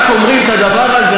רק אומרים את הדבר הזה,